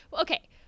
Okay